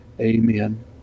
amen